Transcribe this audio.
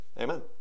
Amen